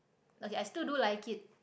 okay I still do like it